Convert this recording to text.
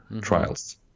trials